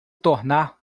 tornar